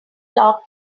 log